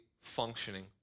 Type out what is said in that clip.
functioning